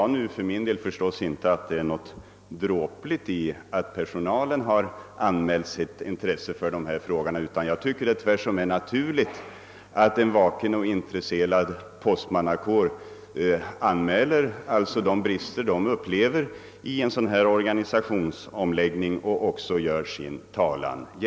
För min del tycker jag inte att det på något sätt är dråpligt att personalen har visat intresse för dessa frågor; jag anser det tvärtom vara helt naturligt att en vaken och intresserad postmannakår anmäler de brister de upplever vid en sådan här organisationsomläggning.